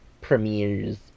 premieres